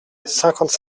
cinquante